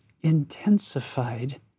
intensified